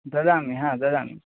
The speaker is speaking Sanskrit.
ददामि हा ददामि